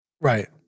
Right